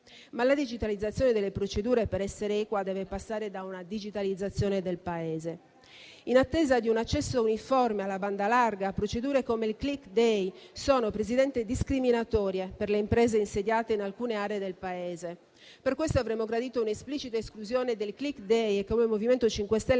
la digitalizzazione delle procedure, per essere equa, deve passare da una digitalizzazione del Paese. In attesa di un accesso uniforme alla banda larga, procedure come il *click day* sono discriminatorie per le imprese insediate in alcune aree del Paese. Per questo avremmo gradito un'esplicita esclusione del *click day* e come MoVimento 5 Stelle